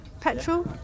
petrol